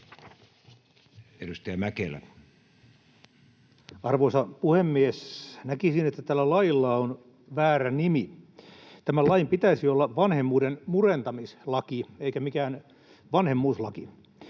Content: Arvoisa puhemies! Näkisin, että tällä lailla on väärä nimi. Tämän lain pitäisi olla vanhemmuuden murentamislaki eikä mikään vanhemmuuslaki.